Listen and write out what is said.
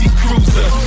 cruiser